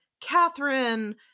Catherine